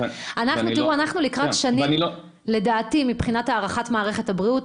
תראו, לדעתי, מבחינת הערכת מערכת הבריאות,